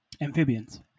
amphibians